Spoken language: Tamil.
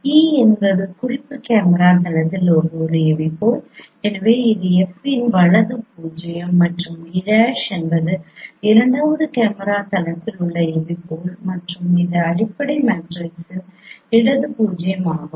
e என்பது குறிப்பு கேமரா தளத்தில் ஒரு எபிபோல் எனவே இது F இன் வலது பூஜ்ஜியம் மற்றும் e' என்பது இரண்டாவது கேமரா தளத்தில் உள்ள எபிபோல் மற்றும் இது அடிப்படை மேட்ரிக்ஸின் இடது பூஜ்ஜியமாகும்